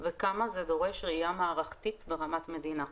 וכמה זה דורש ראייה מערכתית ברמת מדינה,